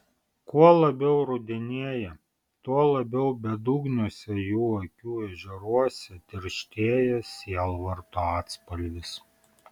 kuo labiau rudenėja tuo labiau bedugniuose jų akių ežeruose tirštėja sielvarto atspalvis